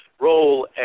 role